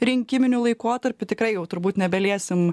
rinkiminiu laikotarpiu tikrai jau turbūt nebeliesim